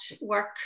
work